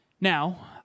Now